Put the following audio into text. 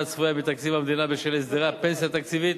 הצפויה מתקציב המדינה בשל הסדרי הפנסיה התקציבית,